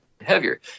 heavier